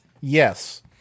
Yes